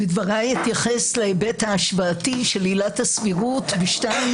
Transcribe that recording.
בדבריי אתייחס להיבט ההשוואתי של עילת הסבירות בשתיים